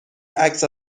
عکس